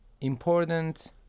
important